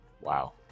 Wow